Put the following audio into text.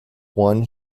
one